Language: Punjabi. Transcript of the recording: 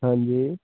ਹਾਂਜੀ